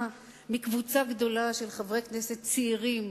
מקבוצה גדולה של חברי כנסת צעירים,